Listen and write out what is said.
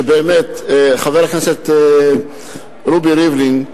חבר הכנסת רובי ריבלין,